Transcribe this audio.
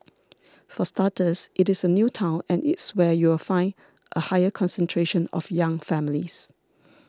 for starters it is a new town and it's where you'll find a higher concentration of young families